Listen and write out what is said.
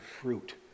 fruit